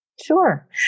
Sure